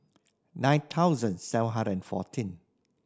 nine thousand seven hundred and fourteen